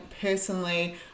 personally